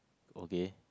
okay